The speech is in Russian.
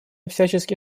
всячески